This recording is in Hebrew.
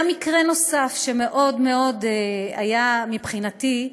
היה מקרה נוסף שהיה מאוד מאוד מזעזע מבחינתי.